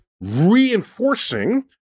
reinforcing